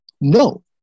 No